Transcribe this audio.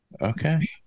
okay